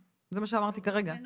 זה מה שאמרתי, הם הוזמנו.